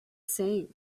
same